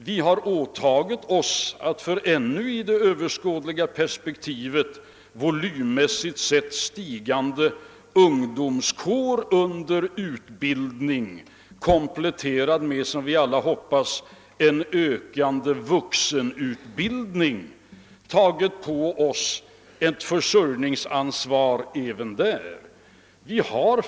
Vi har vidare åtagit oss ett försörjningsansvar för en inom det överskådliga perspektivet volymmässigt ökande ungdomskår, som befinner sig under utbildning. även för en som vi alla hoppas ökad vuxenutbildning har vi tagit på oss en växande börda.